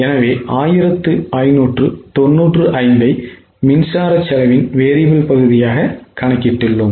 எனவே 1595 ஐ மின்சாரம் செலவின் variable பகுதியாக கணக்கிட்டுள்ளோம்